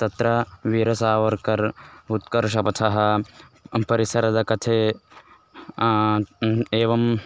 तत्र वीरसावर्कर् उत्कर्षपथः परिसरदकथे एवम्